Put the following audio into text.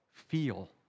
feel